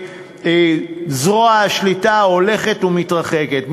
וזרוע השליטה הולכת ומתרחקת,